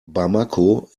bamako